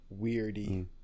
weirdy